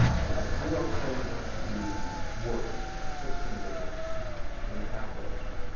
and i've zero extended them to be words, sixteen bit words in the half register.